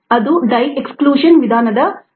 ಅದು dye exclusion ವಿಧಾನದ ತತ್ವವಾಗಿತ್ತು